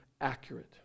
accurate